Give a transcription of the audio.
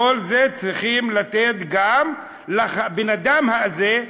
כל זה צריכים לתת גם לבן-אדם הזה,